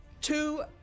two